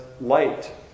light